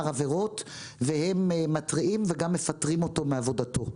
עבירות והן מתריעים וגם מפטרים אותו מעבודתו.